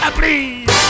please